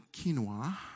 quinoa